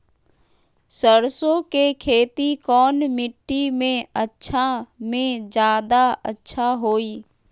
सरसो के खेती कौन मिट्टी मे अच्छा मे जादा अच्छा होइ?